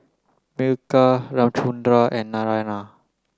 Milkha Ramchundra and Naraina